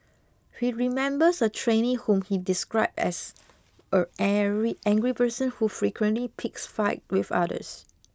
he remembers a trainee whom he described as a very angry person who frequently picked fights with others